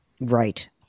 Right